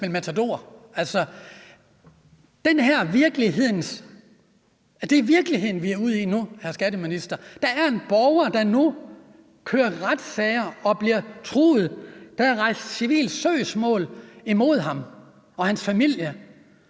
Det er virkeligheden, vi er ude i nu, hr. skatteminister. Der er en borger, der nu kører retssager og bliver truet. Der er rejst civile søgsmål imod ham og hans familie.